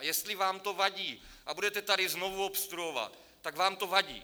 A jestli vám to vadí a budete tady znovu obstruovat, tak vám to vadí.